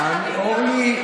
אורלי,